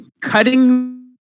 cutting